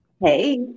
Hey